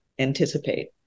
anticipate